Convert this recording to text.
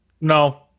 No